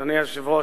אדוני היושב-ראש,